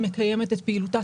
עליה.